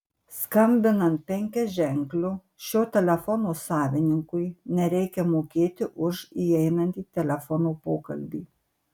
skambinant penkiaženkliu šio telefono savininkui nereikia mokėti už įeinantį telefono pokalbį